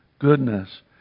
goodness